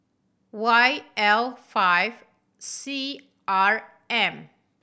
Y L five C R M